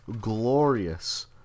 glorious